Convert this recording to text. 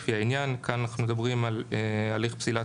לפי העניין.";" כאן אנחנו מדברים על הליך פסילת